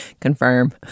Confirm